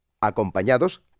acompañados